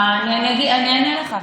אענה לך.